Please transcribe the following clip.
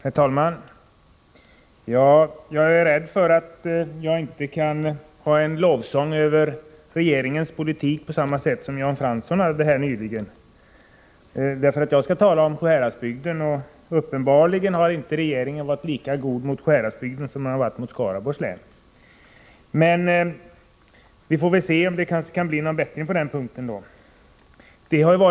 Herr talman! Jag är rädd för att jag inte kan framföra en lovsång över regeringens politik på samma sätt som Jan Fransson nyss gjorde. Jag skall nämligen tala om Sjuhäradsbygden, och uppenbarligen har regeringen inte varit lika god mot Sjuhäradsbygden som mot Skaraborgs län. Vi får se om det blir någon bättring på den punkten.